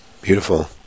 Beautiful